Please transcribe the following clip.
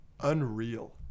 Unreal